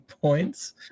points